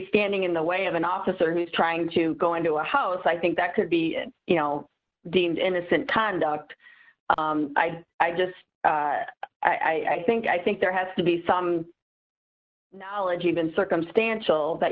standing in the way of an officer who's trying to go into a house i think that could be you know deemed innocent conduct i i just i think i think there has to be some knowledge even circumstantial that